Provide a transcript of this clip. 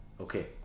Okay